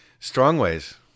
Strongways